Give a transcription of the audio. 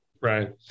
Right